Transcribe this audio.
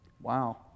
Wow